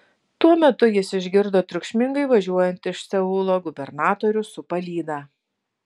tuo metu jis išgirdo triukšmingai važiuojant iš seulo gubernatorių su palyda